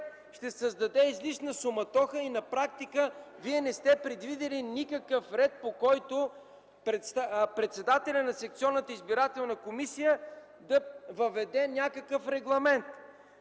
се създаде излишна суматоха и вие на практика не сте предвидили никакъв ред, по който председателят на секционната избирателна комисия да въведе някакъв регламент.